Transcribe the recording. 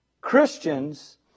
Christians